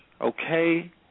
okay